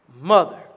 mother